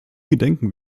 gedenken